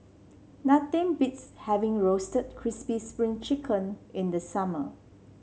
nothing beats having Roasted Crispy Spring Chicken in the summer